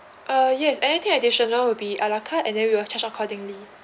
uh yes anything additional will be a la carte and then we'll charge accordingly